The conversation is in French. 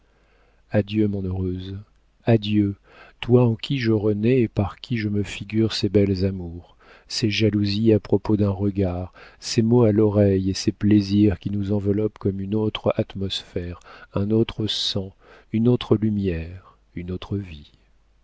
adieu mon heureuse adieu toi en qui je renais et par qui je me figure ces belles amours ces jalousies à propos d'un regard ces mots à l'oreille et ces plaisirs qui nous enveloppent comme une autre atmosphère un autre sang une autre lumière une autre vie